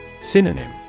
Synonym